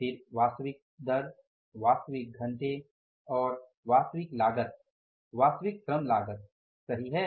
फिर वास्तविक दर वास्तविक घंटे और वास्तविक लागत वास्तविक श्रम लागत सही है